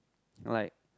like